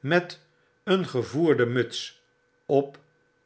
met een gevoerde muts op